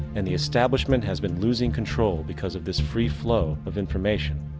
and the establishment has been losing control because of this free flow of information.